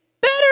better